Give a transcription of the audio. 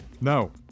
No